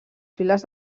files